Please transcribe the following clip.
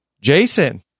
Jason